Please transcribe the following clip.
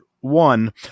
One